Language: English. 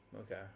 okay